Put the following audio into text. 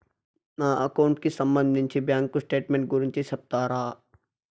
నా అకౌంట్ కి సంబంధించి బ్యాంకు స్టేట్మెంట్ గురించి సెప్తారా